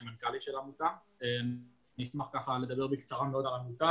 מנכ"לית העמותה ונשמח לדבר בקצרה על העמותה.